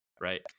right